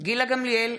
גילה גמליאל,